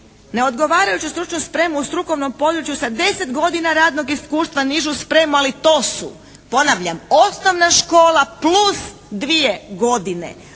neodgovarajuću stručnu spremu u strukovnom području sa 10 godina radnog iskustva, nižu spremu, ali to su ponavljam: osnovna škola plus dvije godine